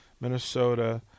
Minnesota